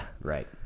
Right